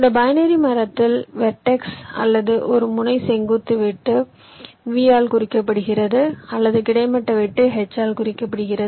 இந்த பைனரி மரத்தில் வெர்டெக்ஸ் அல்லது ஒரு முனை செங்குத்து வெட்டு V ஆல் குறிக்கப்படுகிறது அல்லது கிடைமட்ட வெட்டு H ஆல் குறிக்கப்படுகிறது